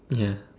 ya